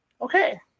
okay